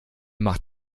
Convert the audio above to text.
macht